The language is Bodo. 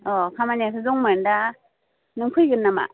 अ खामानियाथ' दंमोन दा नों फैगोन नामा